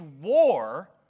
war